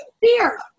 beer